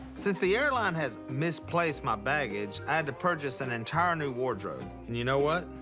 since the airline has misplaced my baggage, i had to purchase an entire new wardrobe. and you know what?